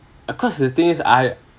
of course the thing is I